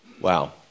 Wow